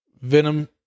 Venom